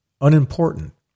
unimportant